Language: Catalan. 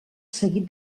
seguit